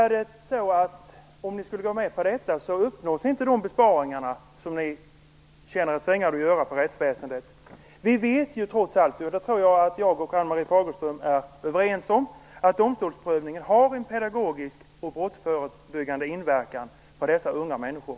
Är det så att de besparingar ni känner er tvingade att genomföra på rättsväsendets område i så fall inte skulle uppnås? Vi vet ju trots allt - och det tror jag att jag och Ann-Marie Fagerström är överens om - att domstolsprövningen har en pedagogisk och brottsförebyggande inverkan för dessa unga människor.